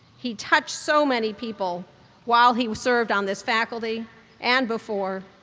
he touched so many people while he served on this faculty and before.